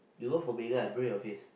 you go for Megan I break your face